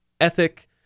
ethic